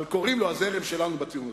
אבל קוראים לו הזרם שלנו בציונות,